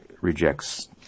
rejects